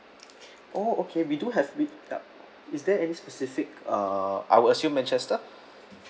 oh okay we do have is there any specific uh I would assume manchester